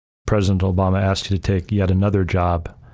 president obama asked you to take yet another job,